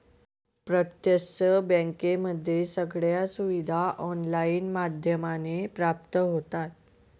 प्रत्यक्ष बँकेमध्ये सगळ्या सुविधा ऑनलाईन माध्यमाने प्राप्त होतात